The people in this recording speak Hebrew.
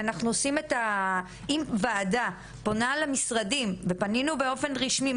אם וועדה פונה למשרדים ופנינו אליכם באופן רשמי,